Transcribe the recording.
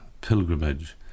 pilgrimage